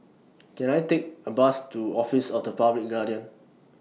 Can I Take A Bus to Office of The Public Guardian